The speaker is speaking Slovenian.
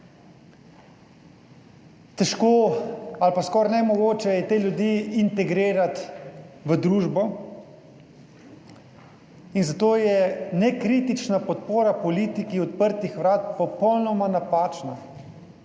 težko ali pa skoraj nemogoče je te ljudi integrirati v družbo in zato je nekritična podpora politiki odprtih vrat popolnoma napačna.